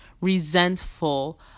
resentful